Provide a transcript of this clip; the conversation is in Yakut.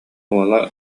уола